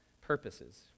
purposes